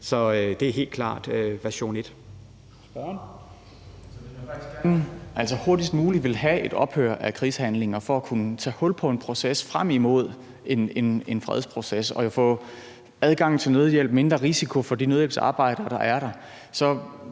man gerne hurtigst muligt vil have et ophør af krigshandlinger for at kunne tage hul på en proces frem imod en fredsproces og jo få adgang til nødhjælp, mindre risiko for de nødhjælpsarbejdere, der er der, så